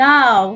Now